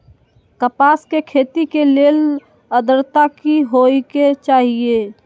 कपास के खेती के लेल अद्रता की होए के चहिऐई?